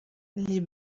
les